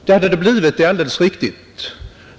Det hade det blivit, det är alldeles riktigt.